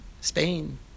Spain